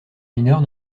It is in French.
mineurs